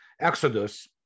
exodus